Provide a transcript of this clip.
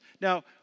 Now